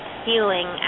feeling